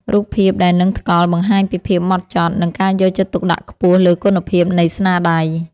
រូបភាពដែលនឹងថ្កល់បង្ហាញពីភាពហ្មត់ចត់ និង ការយកចិត្តទុកដាក់ខ្ពស់លើគុណភាពនៃស្នាដៃ។